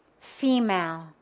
female